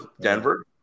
Denver